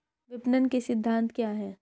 विपणन के सिद्धांत क्या हैं?